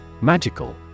Magical